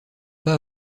pas